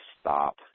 stop